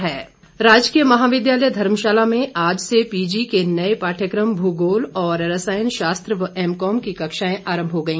किशन कपूर राजकीय महाविद्यालय धर्मशाला में आज से पीजी के नए पाठयकम भूगोल और रसायन शास्त्र व एमकॉम की कक्षाएं आरंभ हो गई